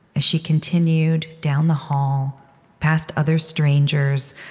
as she continued down the hall past other strangers,